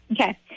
Okay